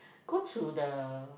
go to the